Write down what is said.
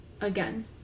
again